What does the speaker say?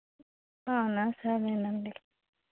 అవునా సరేనండి